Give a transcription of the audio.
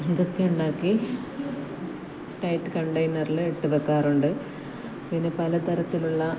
ഇതൊക്കെ ഉണ്ടാക്കി ടൈറ്റ് കണ്ടെയ്നറിൽ ഇട്ടു വയ്ക്കാറുണ്ട് പിന്നെ പലതരത്തിലുള്ള